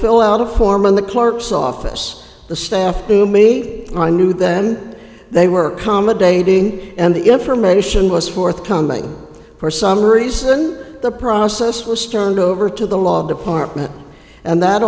fill out a form in the clerk's office the staff to me i knew then they were comma dating and the information was forthcoming for some reason the process was stunned over to the law department and that